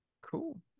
Cool